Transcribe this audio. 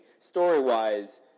story-wise